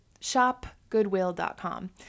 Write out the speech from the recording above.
shopgoodwill.com